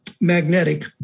magnetic